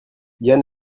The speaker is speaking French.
yann